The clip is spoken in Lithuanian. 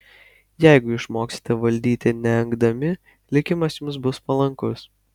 jeigu išmoksite valdyti neengdami likimas jums bus palankus